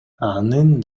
анын